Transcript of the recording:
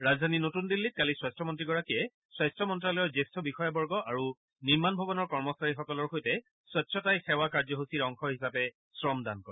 ৰাজধানী নতুন দিল্লীত কালি স্বাস্থ্যমন্ত্ৰীগৰাকীয়ে স্বাস্থ্য মন্ত্যালয়ৰ জ্যেষ্ঠ বিষয়াবৰ্গ আৰু নিৰ্মাণ ভৱনৰ কৰ্মচাৰীসকলৰ সৈতে স্বছ্তাই সেৱা কাৰ্যসূচীৰ অংশ হিচাপে শ্ৰমদান কৰে